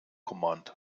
command